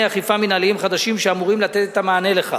אכיפה מינהליים חדשים שאמורים לתת את המענה לכך.